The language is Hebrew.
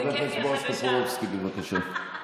חבר הכנסת בועז טופורובסקי, בבקשה.